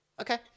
okay